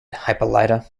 hippolyta